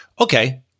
Okay